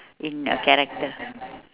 in a character